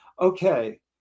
Okay